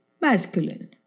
masculine